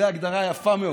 זו הגדרה יפה מאוד.